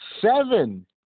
Seven